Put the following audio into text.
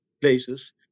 places